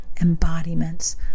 embodiments